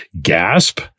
gasp